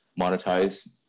monetize